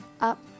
up